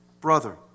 brother